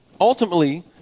Ultimately